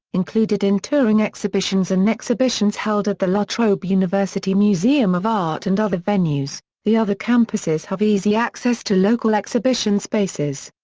included in touring exhibitions and exhibitions held at the la trobe university museum of art and other venues the other campuses have easy access to local exhibition spaces.